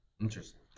Interesting